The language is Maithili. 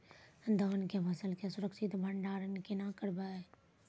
धान के फसल के सुरक्षित भंडारण केना करबै?